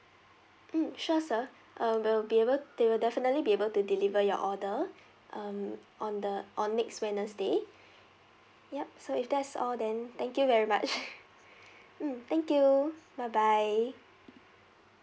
mm sure sir um we'll be able they will definitely be able to deliver your order um on the on next wednesday yup so if that's all then thank you very much mm thank you bye bye